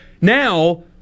Now